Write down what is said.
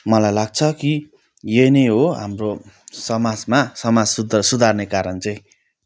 मलाई लाग्छ कि यो नै हो हाम्रो समाजमा समाज सुधार सुधार्ने कारण चाहिँ